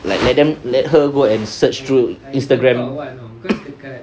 like let them let her go and search through Instagram